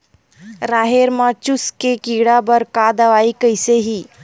राहेर म चुस्क के कीड़ा बर का दवाई कइसे ही?